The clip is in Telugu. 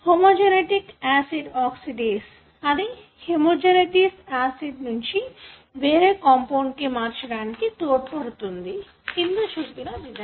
హోమోగేంటిస్టిక్ ఆసిడ్ ఆక్సిడేస్ అది హోమోగేంటీసీ ఆసిడ్ నుండి వేరే కాంపౌండ్ కి మార్చడానికి తోడ్పడుతుంది కింద చూపిన విధంగా